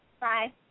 Bye